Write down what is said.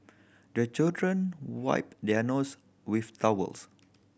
the children wipe their nose with towels